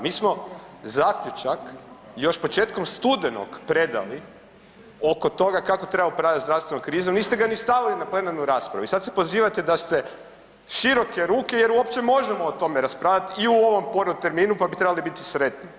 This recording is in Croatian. Mi smo zaključak još početkom studenog predali oko toga kako treba upravljati zdravstvenom krizom, niste ga ni stavili na plenarnu raspravu i sad se pozivate da se široke ruke jer uopće možemo uopće o tome raspravljati i u ovom porno terminu pa bi trebali biti sretni.